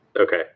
Okay